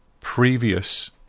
previous